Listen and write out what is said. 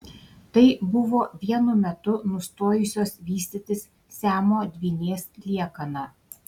tai buvo vienu metu nustojusios vystytis siamo dvynės liekana